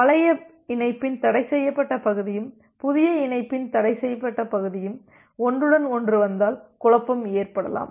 பழைய இணைப்பின் தடைசெய்யப்பட்ட பகுதியும் புதிய இணைப்பின் தடைசெய்யப்பட்ட பகுதியும் ஒன்றுடன் ஒன்று வந்தால் குழப்பம் ஏற்படலாம்